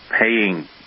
paying